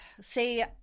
See